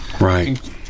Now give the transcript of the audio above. Right